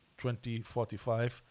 2045